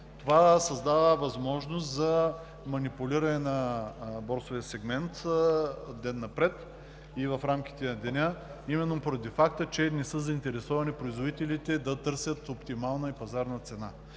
Това създава възможност за манипулиране борсовия сегмент с ден напред и в рамките на деня именно поради факта, че не са заинтересовани производителите да търсят оптимална и пазарна цена.